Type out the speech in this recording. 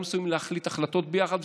לא מסוגלים להחליט החלטות ביחד,